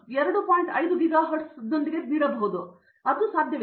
5 gigahertz ನೀಡಬಹುದು ಹಾಗಾಗಿ ಅದು ನನಗೆ ಸಾಧ್ಯವಿದೆ